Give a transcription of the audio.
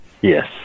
yes